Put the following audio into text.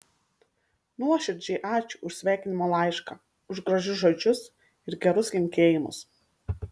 nuoširdžiai ačiū už sveikinimo laišką už gražius žodžius ir gerus linkėjimus